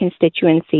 constituency